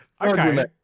okay